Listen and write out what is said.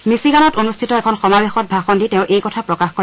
মিচিগানত অনুষ্ঠিত এখন সমাবেশত ভাষণ দি তেওঁ এই কথা প্ৰকাশ কৰে